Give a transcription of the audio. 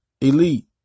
Elite